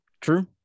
True